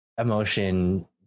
emotion